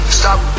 stop